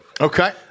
Okay